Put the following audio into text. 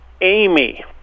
amy